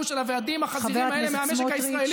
של הוועדים החזקים האלה מהמשק הישראלי